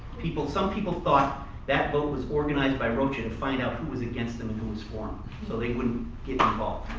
some people thought that vote was organized by rocha to find out who was against him and who was for him so they wouldn't get involved.